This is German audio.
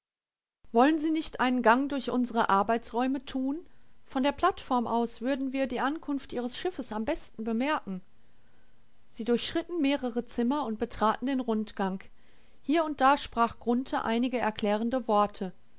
wollen sie nicht einen gang durch unsere arbeitsräume tun von der plattform aus würden wir die ankunft ihres schiffes am besten bemerken sie durchschritten mehrere zimmer und betraten den rundgang hier und da sprach grunthe einige erklärende worte